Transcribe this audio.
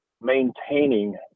maintaining